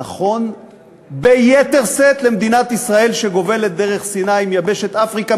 נכון ביתר שאת למדינת ישראל שגובלת דרך סיני עם יבשת אפריקה,